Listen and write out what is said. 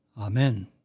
Amen